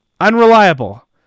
Unreliable